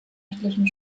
rechtlichen